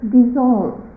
dissolve